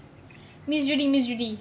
miss judy miss judy